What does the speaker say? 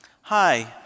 Hi